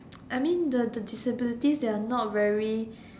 I mean the the disabilities they are not very